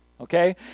okay